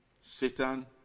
Satan